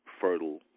fertile